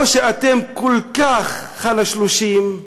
או שאתם כל כך חלשלושים,